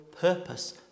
purpose